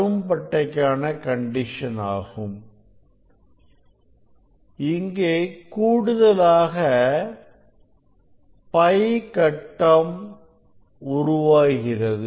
கரும் பட்டை க்கான கண்டிஷன் இங்கே கூடுதலாக π கட்டம் உருவாகிறது